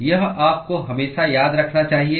यह आपको हमेशा याद रखना चाहिए